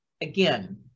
Again